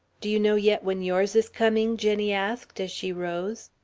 do you know yet when yours is coming? jenny asked, as she rose.